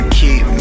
keep